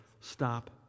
stop